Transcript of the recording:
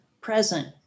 present